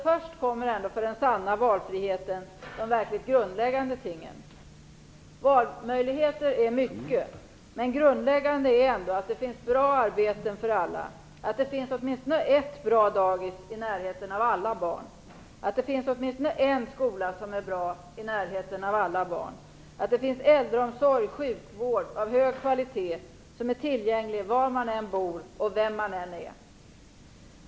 Först kommer ändå, för den sanna valfriheten, de verkligt grundläggande tingen. Valmöjligheter är mycket, men grundläggande är ändå att det finns bra arbeten för alla, att det finns åtminstone ett bra dagis i närheten av alla barn, att det finns åtminstone en skola som är bra i närheten av alla barn, att det finns äldreomsorg och sjukvård av hög kvalitet som är tillgänglig var man än bor och vem man än är.